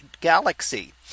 galaxy